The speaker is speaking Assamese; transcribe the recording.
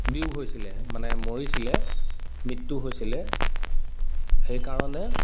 বিয়োগ হৈছিলে মানে মৰিছিলে মৃত্যু হৈছিলে সেইকাৰণে